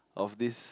of this